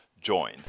join